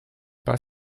pas